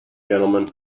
gentlemen